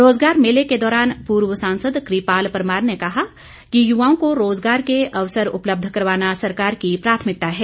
रोजगार मेले के दौरान पूर्व सांसद कृपाल परमार ने कहा कि युवाओं को रोजगार के अवसर उपलब्ध करवाना सरकार की प्राथमिकता है